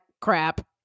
crap